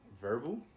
verbal